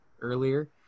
earlier